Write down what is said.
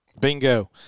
Bingo